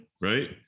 right